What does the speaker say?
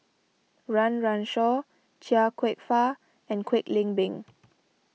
Run Run Shaw Chia Kwek Fah and Kwek Leng Beng